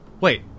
Wait